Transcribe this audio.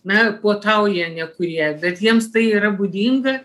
na puotauja nekurie bet jiems tai yra būdinga